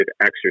exercise